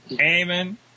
Amen